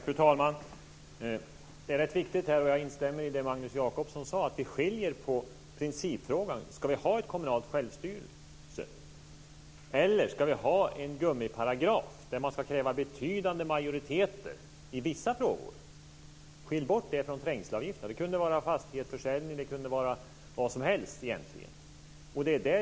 Fru talman! Jag instämmer i det som Magnus Jacobsson sade. Det är viktigt att vi skiljer ut principfrågan om vi ska ha ett kommunalt självstyre eller en gummiparagraf enligt vilken det ska krävas betydande majoriteter i vissa fall. Detta måste skiljas ut från frågan om trängselavgifterna. Den kunde gälla fastighetsförsäljningar eller egentligen vad som helst.